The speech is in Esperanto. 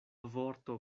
vorto